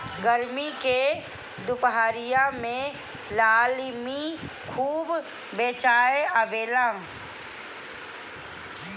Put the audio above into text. गरमी के दुपहरिया में लालमि खूब बेचाय आवेला